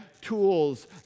tools